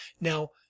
Now